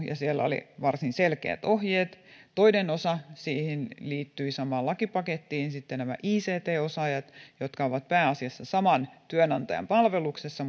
ja siellä oli varsin selkeät ohjeet toisena osana siihen samaan lakipakettiin liittyivät nämä ict osaajat jotka ovat pääasiassa saman työnantajan palveluksessa